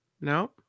No